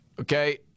Okay